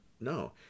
no